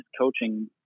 coaching